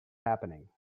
happening